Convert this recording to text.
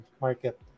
market